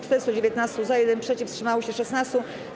419 - za, 1 - przeciw, wstrzymało się 16.